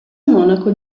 monaco